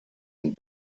und